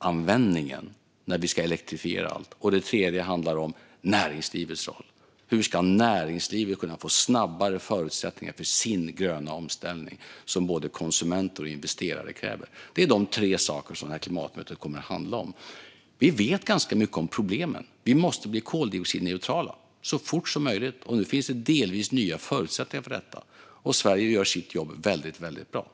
elanvändningen när vi ska elektrifiera allt. Den tredje handlar om näringslivets roll. Hur ska näringslivet kunna få snabbare förutsättningar för sin gröna omställning, som både konsumenter och investerare kräver? Det är de tre sakerna som detta klimatmöte kommer att handla om. Vi vet ganska mycket om problemen. Vi måste bli koldioxidneutrala, så fort som möjligt. Nu finns det delvis nya förutsättningar för det, och Sverige gör sitt jobb väldigt bra.